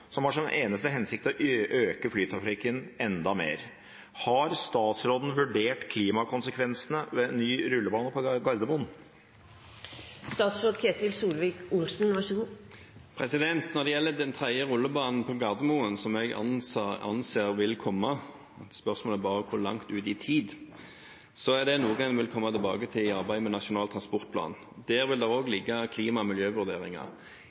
Når det gjelder den tredje rullebanen på Gardermoen – som jeg anser vil komme, spørsmålet er bare hvor langt ut i tid – er det noe en vil komme tilbake til i arbeidet med Nasjonal transportplan. Der vil det også ligge klima- og miljøvurderinger.